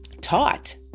taught